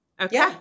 Okay